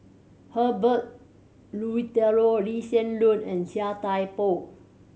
Herbert Eleuterio Lee Hsien Loong and Chia Thye Poh